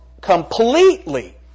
completely